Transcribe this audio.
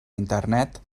internet